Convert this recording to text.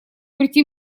прийти